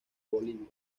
bolivia